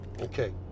Okay